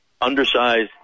undersized